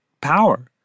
power